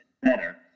better